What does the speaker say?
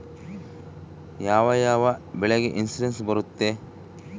ಯಾವ ಯಾವ ಬೆಳೆಗೆ ಇನ್ಸುರೆನ್ಸ್ ಬರುತ್ತೆ?